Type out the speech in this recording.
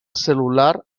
cel·lular